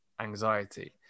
anxiety